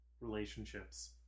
relationships